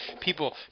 people